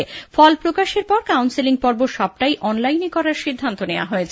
তিনি বলেন ফল প্রকাশের পর কাউন্সেলিং পর্ব সবটাই অনলাইনে করার সিদ্ধান্ত নেওয়া হয়েছে